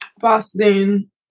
Boston